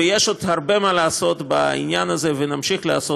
ויש עוד הרבה מה לעשות בעניין הזה, ונמשיך לעשות.